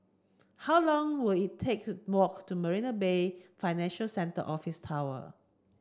how long will it take to walk to Marina Bay Financial Centre Office Tower